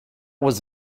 was